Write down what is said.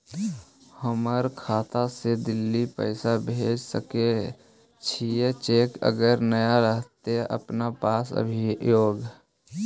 हमर खाता से दिल्ली पैसा भेज सकै छियै चेक अगर नय रहतै अपना पास अभियोग?